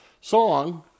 song